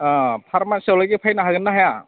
अ फारमासियावसिम फैनो हागोन ना हाया